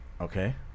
okay